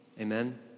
Amen